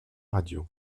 radio